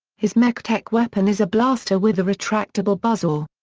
his mech tech weapon is a blaster with a retractable buzzsaw.